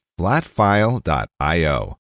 flatfile.io